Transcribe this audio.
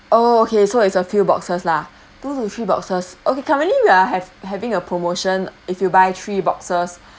oh okay so it's a few boxes lah two to three boxes okay currently we are have having a promotion if you buy three boxes